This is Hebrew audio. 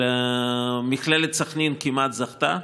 מכללת סח'נין כמעט זכתה,